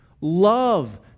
love